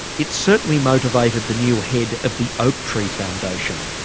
it certainly motivated the new head of the oaktree foundation.